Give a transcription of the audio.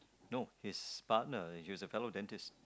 no his partner was a fellow dentist